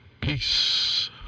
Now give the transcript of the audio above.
Peace